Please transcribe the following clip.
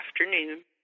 afternoon